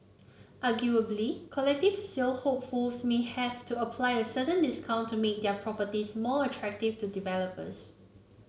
arguably collective sale hopefuls may have to apply a certain discount to make their properties more attractive to developers